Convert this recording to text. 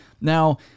Now